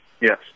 yes